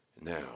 now